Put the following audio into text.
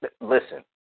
listen